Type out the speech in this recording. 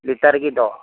ꯂꯤꯇꯔꯒꯤꯗꯣ